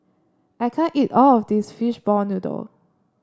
I can't eat all of this Fishball Noodle